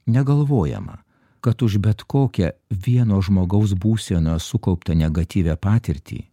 negalvojama kad už bet kokią vieno žmogaus būseną sukauptą negatyvią patirtį